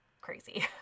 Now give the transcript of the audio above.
crazy